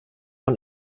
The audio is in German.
von